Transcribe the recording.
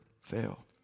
fail